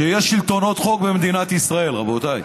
כשיש שלטונות חוק במדינת ישראל, רבותיי.